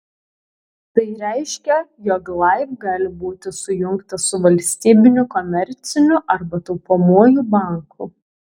tai reiškia jog laib gali būti sujungtas su valstybiniu komerciniu arba taupomuoju banku